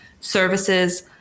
services